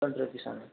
twenty rupees అండి